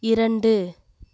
இரண்டு